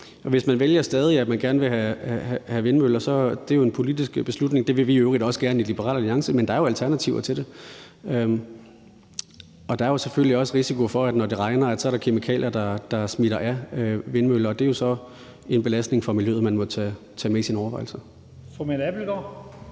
Hvis man stadig vælger, at man gerne vil have vindmøller, så er det jo en politisk beslutning. Det vil vi i øvrigt også gerne i Liberal Alliance, men der er jo alternativer til vindmøller, og der er jo selvfølgelig også risiko for, at når det regner, løber der kemikalier ned fra vindmøllevingerne, og det er så en belastning for miljøet, man må tage med i sine overvejelser. Kl.